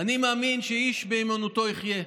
ואני מאמין שאיש באמונתו יחיה.